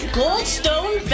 goldstone